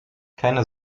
keine